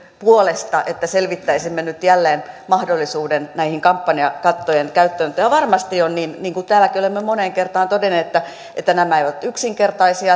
puolesta että selvittäisimme nyt jälleen mahdollisuuden kampanjakattojen käyttöön varmasti on niin niin kuin täälläkin olemme moneen kertaan todenneet että että nämä eivät ole yksinkertaisia